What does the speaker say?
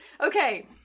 okay